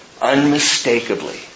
Unmistakably